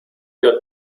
got